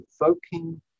invoking